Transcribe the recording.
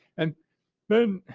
and then